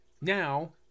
Now